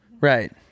Right